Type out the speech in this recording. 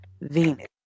Venus